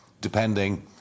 depending